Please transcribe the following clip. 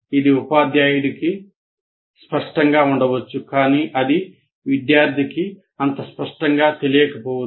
ఇది ఉపాధ్యాయునికి స్పష్టంగా ఉండవచ్చు కానీ అది విద్యార్థికి అంత స్పష్టంగా తెలియకపోవచ్చు